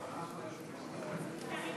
בעד, 44 חברי כנסת, נגד,